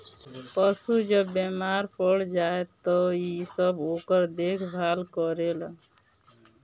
पशु जब बेमार पड़ जाए त इ सब ओकर देखभाल करेल